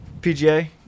PGA